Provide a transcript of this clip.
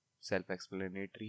Self-explanatory